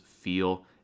feel